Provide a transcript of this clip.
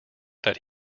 that